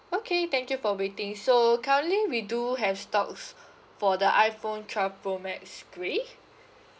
okay thank you for waiting so currently we do have stocks for the iphone twelve pro max grey